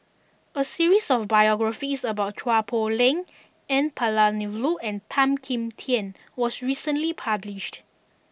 a series of biographies about Chua Poh Leng N Palanivelu and Tan Kim Tian was recently published